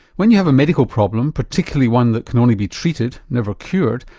when you have a medical problem, particularly one that can only be treated, never cured,